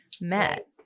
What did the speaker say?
met